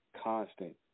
constant